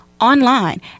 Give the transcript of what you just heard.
online